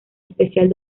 especial